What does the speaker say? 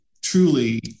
truly